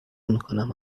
میکنم